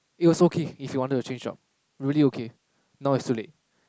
it was okay if he wanted to change job really okay now it's too late